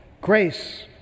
Grace